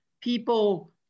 people